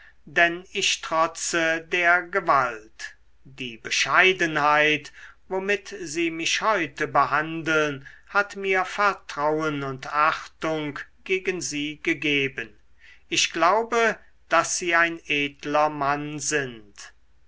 denn ich trotze der gewalt die bescheidenheit womit sie mich heute behandeln hat mir vertrauen und achtung gegen sie gegeben ich glaube daß sie ein edler man sind